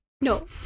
No